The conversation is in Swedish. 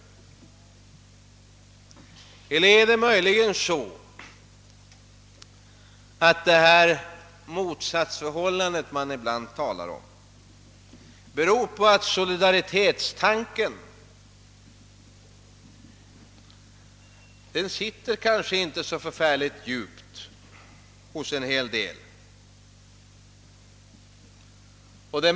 Eller är det möjligen så, att detta motsatsförhållande man ibland talar om beror på att solidaritetstanken kanske inte sitter så förfärligt djupt hos en hel del?